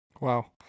Wow